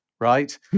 right